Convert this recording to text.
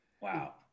Wow